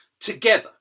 together